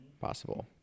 Possible